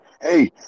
Hey